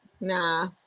Nah